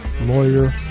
lawyer